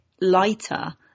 lighter